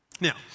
Now